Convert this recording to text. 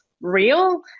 real